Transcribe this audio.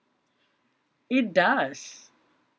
it does